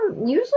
usually